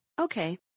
Okay